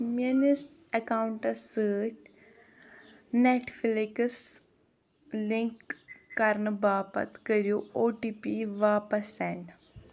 میٲنِس اٮ۪کاونٹَس سۭتۍ Netflix link کرنہٕ باپتھ کٔرِو او ٹی پی واپس سینڈ